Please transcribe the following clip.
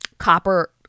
Copper